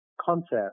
concept